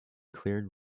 cleared